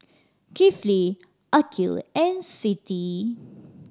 Kifli Aqil and Siti